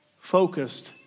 focused